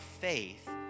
faith